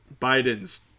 Biden's